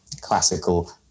classical